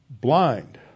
blind